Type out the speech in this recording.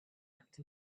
act